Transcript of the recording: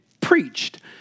preached